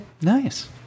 Nice